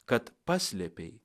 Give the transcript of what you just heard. kad paslėpei